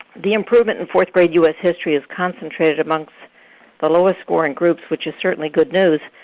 the improvement in fourth grade u s. history is concentrated amongst the lowest scoring groups, which is certainly good news,